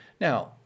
Now